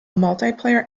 multiplayer